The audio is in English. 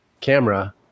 camera